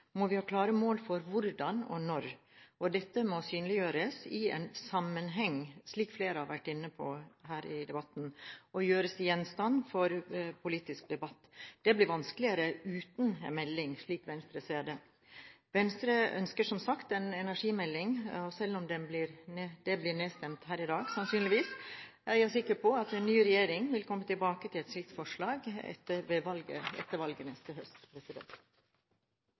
må vi ha klare mål for hvordan og når, og dette må synliggjøres i en sammenheng – slik flere har vært inne på her i debatten – og gjøres til gjenstand for politisk debatt. Det blir vanskeligere uten en melding, slik Venstre ser det. Venstre ønsker som sagt en energimelding. Selv om det sannsynligvis blir nedstemt her i dag, er jeg sikker på at en ny regjering vil komme tilbake til et slikt forslag etter valget neste høst.